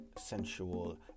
sensual